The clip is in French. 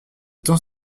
temps